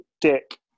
Dick